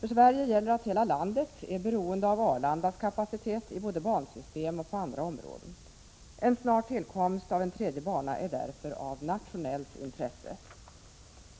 För Sverige gäller att hela landet är beroende av Arlandas kapacitet både i bansystem och på andra områden. En snar tillkomst av en tredje bana är därför av nationellt intresse.